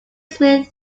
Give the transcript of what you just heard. through